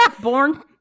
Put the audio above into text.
Born